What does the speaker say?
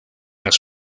las